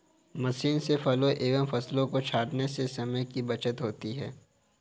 machine से फलों एवं फसलों को छाँटने से समय की बचत होती है